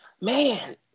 Man